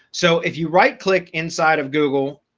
so if you right click inside of google